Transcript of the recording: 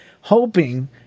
hoping